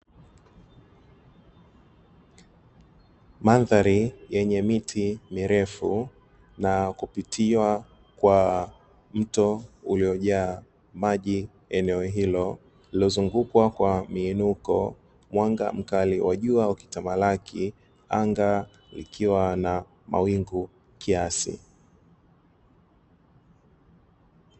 Mandhari yenye miti mirefu na kupitiwa kwa mto uliojaa maji eneo hilo, lililozungukwa kwa miinuko, mwanga mkali wa jua ukitamalaki; anga likiwa na mawingu kiasi.